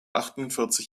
achtundvierzig